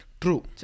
True